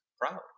Proud